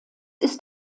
ist